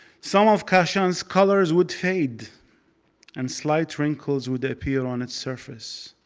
some of kashan's colors would fade and slight wrinkles would appear on its surface.